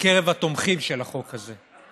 בקרב התומכים של החוק הזה,